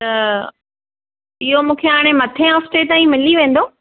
त इहो मूंखे हाणे मथें हफ़्ते ताईं मिली वेंदो